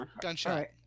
gunshot